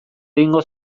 egingo